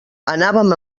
anàvem